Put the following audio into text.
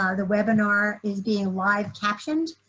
ah the webinar is being live captioned.